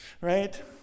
right